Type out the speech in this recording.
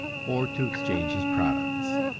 or to exchange his products.